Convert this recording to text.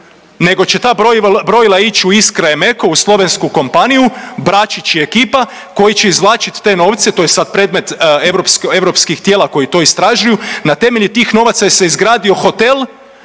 nego će ta brojila ići u Iskraemeco, u slovensku kompaniju, Bračić i ekipa koji će izvlačiti te novce, to je sad predmet europske, europskih tijela koji to istražuju, na temelju tih novaca se izgradio hotel